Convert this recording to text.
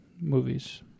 movies